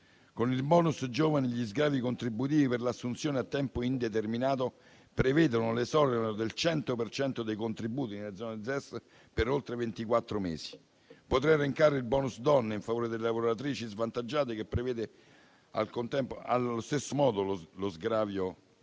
Con il *bonus* giovani, gli sgravi contributivi per l'assunzione a tempo indeterminato prevedono l'esonero del 100 per cento dei contributi nelle zone ZES per oltre ventiquattro mesi. Potrei elencare il *bonus* donne, in favore delle lavoratrici svantaggiate, che prevede allo stesso modo l'esonero